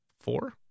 four